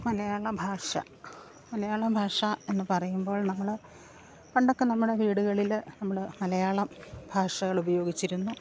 മലയാള ഭാഷ മലയാള ഭാഷ എന്നു പറയുമ്പോൾ നമ്മള് പണ്ടൊക്കെ നമ്മുടെ വീടുകളില് നമ്മള് മലയാളം ഭാഷകൾ ഉപയോഗിച്ചിരുന്നു